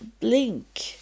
blink